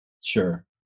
Sure